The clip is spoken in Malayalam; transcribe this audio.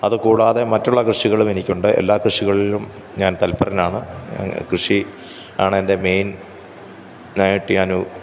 അത് കൂടാതെ മറ്റുള്ള കൃഷികളും എനിക്കുണ്ട് എല്ലാ കൃഷികളിലും ഞാന് തല്പ്പരനാണ് കൃഷി ആണെന്റെ മെയിന്നായിട്ട് ഞാന്